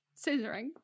scissoring